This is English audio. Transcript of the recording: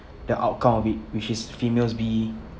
the outcome of it which is females B